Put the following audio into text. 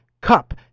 Cup